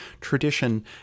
tradition